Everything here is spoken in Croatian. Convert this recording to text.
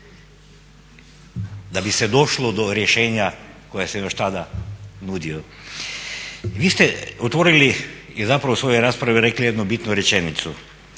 da bi se došlo do rješenja koje se još tada nudio. Vi ste otvorili i zapravo u svojoj raspravi rekli jednu bitnu rečenicu.